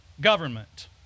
government